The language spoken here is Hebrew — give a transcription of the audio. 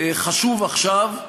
חשוב עכשיו?